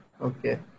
Okay